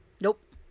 Nope